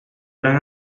gran